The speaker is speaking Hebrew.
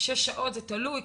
ושש שעות זה תלוי,